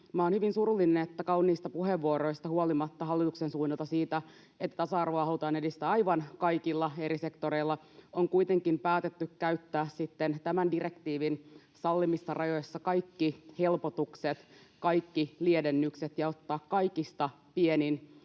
Olen hyvin surullinen, että huolimatta kauniista puheenvuoroista hallituksen suunnalta siitä, että tasa-arvoa halutaan edistää aivan kaikilla eri sektoreilla, on kuitenkin päätetty käyttää sitten tämän direktiivin sallimissa rajoissa kaikki helpotukset ja kaikki lievennykset ja ottaa kaikista pienin